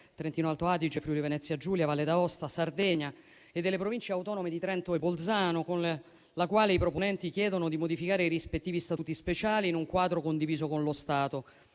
(Trentino Alto-Adige, Friuli-Venezia Giulia, Valle d'Aosta, Sardegna) e delle Province autonome di Trento e Bolzano, con la quale i proponenti chiedono di modificare i rispettivi Statuti speciali in un quadro condiviso con lo Stato.